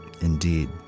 Indeed